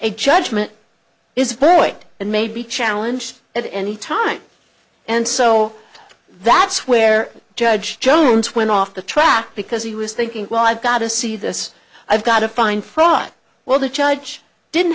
a judgment is void and may be challenged at any time and so that's where judge jones went off the track because he was thinking well i've gotta see this i've got to find fraud well the judge didn't